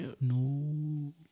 No